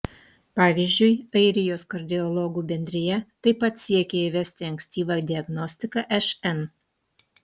pavyzdžiui airijos kardiologų bendrija taip pat siekia įvesti ankstyvą diagnostiką šn